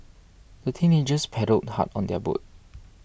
the teenagers paddled hard on their boat